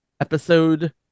Episode